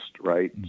right